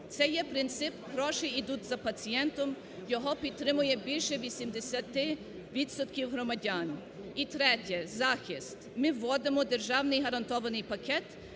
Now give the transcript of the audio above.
Це є принцип: гроші йдуть за пацієнтом. Його підтримує більше 80 відсотків громадян. І третє – захист. Ми вводимо державний гарантований пакет,